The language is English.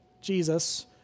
Jesus